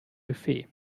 buffet